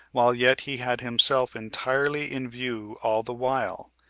while yet he had himself entirely in view all the while,